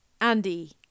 Andy